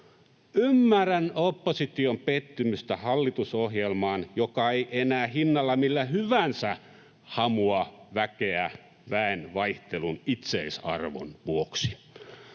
Ymmärrän opposition pettymystä hallitusohjelmaan, joka ei enää hinnalla millä hyvänsä hamua väkeä väenvaihtelun itseisarvon vuoksi.